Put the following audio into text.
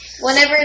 Whenever